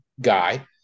guy